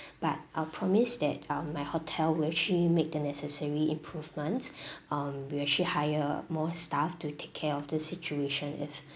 but I'll promise that um my hotel will actually make the necessary improvements um we'll actually hire more staff to take care of the situation if